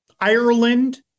Ireland